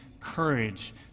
courage